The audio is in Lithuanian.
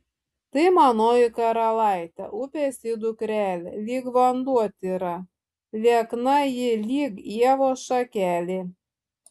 tai manoji karalaitė upės ji dukrelė lyg vanduo tyra liekna ji lyg ievos šakelė